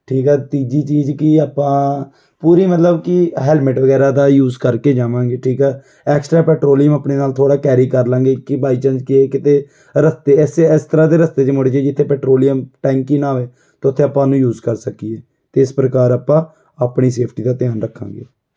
ਠੀਕ ਆ ਤੀਜੀ ਚੀਜ਼ ਕਿ ਆਪਾਂ ਪੂਰੀ ਮਤਲਬ ਕਿ ਹੈਲਮਟ ਵਗੈਰਾ ਦਾ ਯੂਸ ਕਰਕੇ ਜਾਵਾਂਗੇ ਠੀਕ ਆ ਐਕਸਟਰਾ ਪੈਟ੍ਰੋਲੀਅਮ ਆਪਣੇ ਨਾਲ ਥੋੜ੍ਹਾ ਕੈਰੀ ਕਰ ਲਾਂਗੇ ਕਿ ਬਾਈ ਚਾਂਸ ਕੀ ਆ ਕਿਤੇ ਰਸਤੇ ਐਸੇ ਇਸ ਤਰ੍ਹਾਂ ਦੇ ਰਸਤੇ 'ਚ ਮੁੜ ਜਾਈਏ ਜਿੱਥੇ ਪੈਟ੍ਰੋਲੀਅਮ ਟੈਂਕ ਹੀ ਨਾ ਹੋਵੇ ਤਾਂ ਉੱਥੇ ਆਪਾਂ ਉਹਨੂੰ ਯੂਸ ਕਰ ਸਕੀਏ ਅਤੇ ਇਸ ਪ੍ਰਕਾਰ ਆਪਾਂ ਆਪਣੀ ਸੇਫਟੀ ਦਾ ਧਿਆਨ ਰੱਖਾਂਗੇ